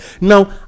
Now